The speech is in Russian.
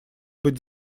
быть